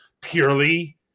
purely